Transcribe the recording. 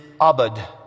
abad